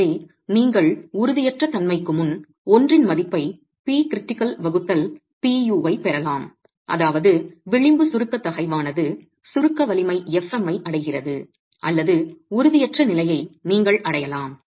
எனவே நீங்கள் உறுதியற்ற தன்மைக்கு முன் 1 இன் மதிப்பை Pcritical வகுத்தல் Pu ஐ பெறலாம் அதாவது விளிம்பு சுருக்க தகைவானது சுருக்க வலிமை fm ஐ அடைகிறது அல்லது உறுதியற்ற நிலையை நீங்கள் அடையலாம்